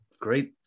great